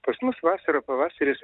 pas mus vasara pavasaris